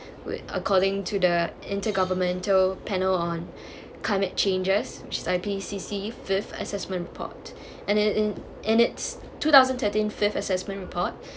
according to the intergovernmental panel on climate change's which I P_C_C fifth assessment part and in in in it's two thousand thirteen fifth assessment report